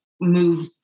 move